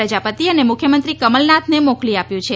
પ્રજાપતિ અને મુખ્યમંત્રી કમલનાથને મોકલી આપ્યું છે